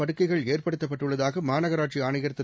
படுக்கைகள் ஏற்படுத்தப்பட்டுள்ளதாக மாநகராட்சி ஆணையா் திரு